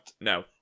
no